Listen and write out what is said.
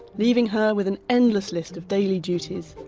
leaving her with an endless list of daily duties,